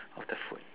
of the food